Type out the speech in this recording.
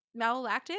malolactic